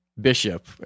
bishop